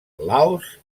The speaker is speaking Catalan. laos